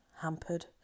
hampered